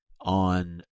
on